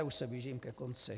Už se blížím ke konci.